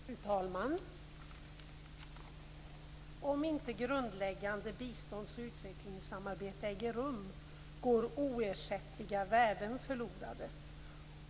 Fru talman! Om inte grundläggande bistånds och utvecklingssamarbete äger rum går oersättliga värden förlorade.